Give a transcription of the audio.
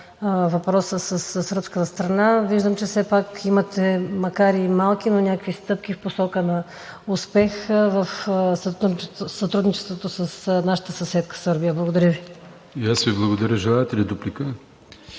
въпросът със сръбската страна. Виждам, че все пак имате макар и малки, но някакви стъпки в посока на успех в сътрудничеството с нашата съседка Сърбия. Благодаря Ви. ПРЕДСЕДАТЕЛ АТАНАС АТАНАСОВ: И аз Ви благодаря. Желаете ли дуплика?